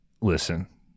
Listen